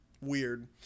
Weird